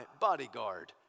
bodyguard